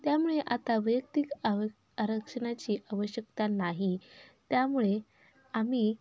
त्यामुळे आता वैयक्तिक आर आरक्षणाची आवश्यकता नाही त्यामुळे आम्ही